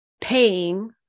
paying